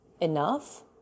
enough